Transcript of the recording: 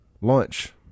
lunch